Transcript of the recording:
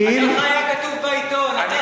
כאילו, כתוב בעיתון.